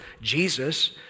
Jesus